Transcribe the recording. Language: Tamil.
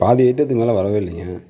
பாதி ஐட்டத்துக்கு மேலே வரவே இல்லைங்க